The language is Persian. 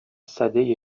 سده